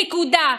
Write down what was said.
נקודה.